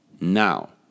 now